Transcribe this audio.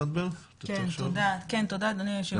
תודה, אדוני היושב-ראש.